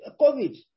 COVID